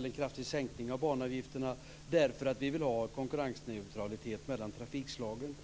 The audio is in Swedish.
en kraftig sänkning av banavgifterna därför att vi vill ha konkurrensneutralitet mellan trafikslagen.